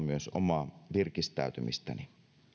myös omaa virkistäytymistäni